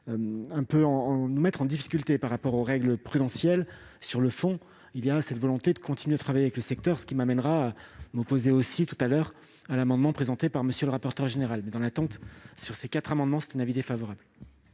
ou du moins présenter des difficultés par rapport aux règles prudentielles. Sur le fond, nous avons la volonté de continuer à travailler avec le secteur, ce qui m'amènera à m'opposer aussi tout à l'heure à l'amendement présenté par M. le rapporteur général. Mais, dans l'attente, sur ces quatre amendements, je le répète, le